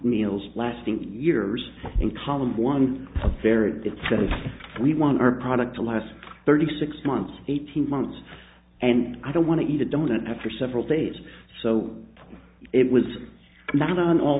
meals lasting years in column one a very good set of we won our product the last thirty six months eighteen months and i don't want to eat a donut after several days so it was not on all